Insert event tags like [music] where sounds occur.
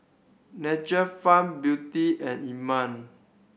Nature Farm Beauty and [unintelligible]